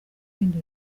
ibindi